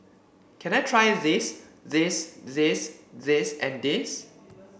can I try this this this this and this